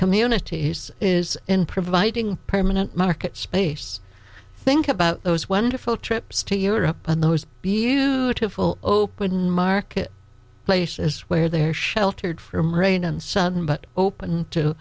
communities is in providing permanent market space think about those wonderful trips to europe and those beautiful open market places where there sheltered from rain and sun but open to